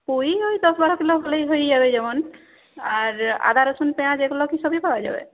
পুঁই ওই দশ বারো কিলো হলেই হয়ে যাবে যেমন আর আদা রসুন পেঁয়াজ এগুলো কি সবই পাওয়া যাবে